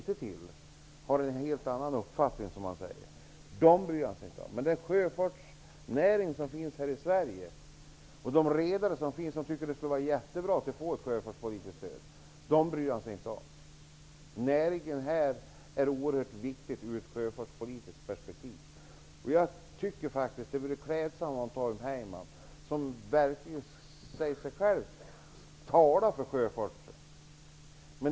Den känner jag till mycket litet om. Den sjöfartsnäring som finns i Sverige och de redare som tycker att det skulle vara mycket bra med ett sjöfartspolitiskt stöd bryr han sig inte om. Näringen här är oerhört viktig ur ett sjöfartspolitiskt perspektiv. Tom Heyman säger själv att han verkligen talar för sjöfarten.